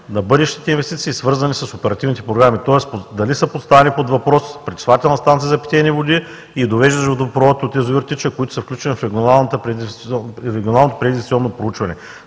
на бъдещите инвестиции, свързани с оперативните програми, тоест, дали са поставени под въпрос – пречиствателна станция за питейни води и довеждащ водопровод от язовир „Тича“, които са включени в регионалното пред инвестиционно проучване.